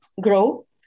grow